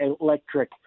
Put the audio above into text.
electric